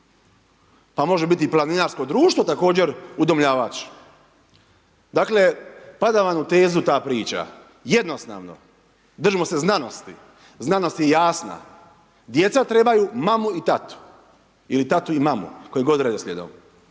pa može biti Planinarsko društvo također udomljavač. Dakle, pada vam u tezu ta priča, jednostavno, držimo se znanosti, znanost je jasna, djeca trebaju mamu i tatu ili tatu i mamu, kojim god redoslijedom.